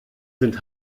sind